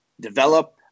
develop